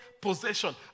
possession